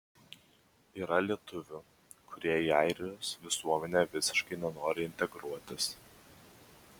yra lietuvių kurie į airijos visuomenę visiškai nenori integruotis